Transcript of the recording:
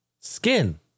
Skin